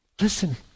Listen